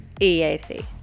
EAC